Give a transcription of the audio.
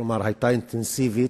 כלומר היתה אינטנסיבית.